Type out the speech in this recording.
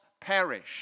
perish